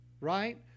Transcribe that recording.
right